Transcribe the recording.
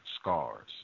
scars